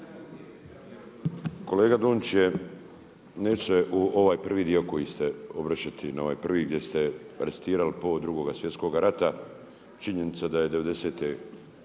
kolega Dončić je, neće u ovaj prvi dio koji ste obraćati, na ovaj prvi gdje ste recitirali povodom 2. Svjetskoga rata. Činjenica da je 90.